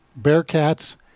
Bearcats